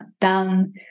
done